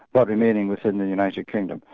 but remaining within the united kingdom.